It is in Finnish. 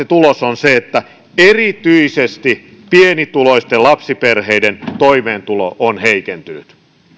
tulos on se että erityisesti pienituloisten lapsiperheiden toimeentulo on heikentynyt